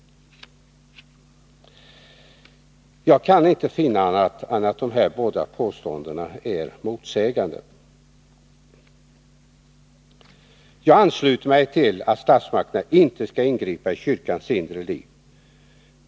Jag kan inte finna annat än att dessa båda påståenden är motsägande. Jag ansluter mig till att statsmakterna inte skall ingripa i kyrkans inre liv.